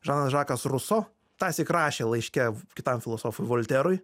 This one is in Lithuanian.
žanas žakas ruso tąsyk rašė laiške kitam filosofui volterui